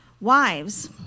Wives